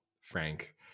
Frank